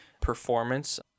performance